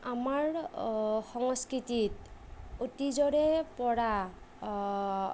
আমাৰ সংস্কৃতিত অতীজৰেপৰা